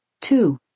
two